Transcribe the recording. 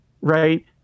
right